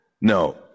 No